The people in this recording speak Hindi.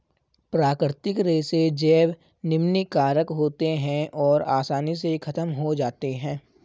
प्राकृतिक रेशे जैव निम्नीकारक होते हैं और आसानी से ख़त्म हो जाते हैं